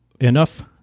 enough